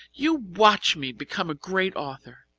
you watch me become a great author!